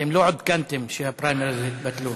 אתם לא עודכנתם שהפריימריז התבטלו.